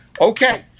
okay